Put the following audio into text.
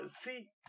see